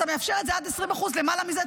אתה מאפשר את זה עד 20%. למעלה מזה,